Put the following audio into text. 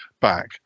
back